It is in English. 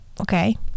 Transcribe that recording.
Okay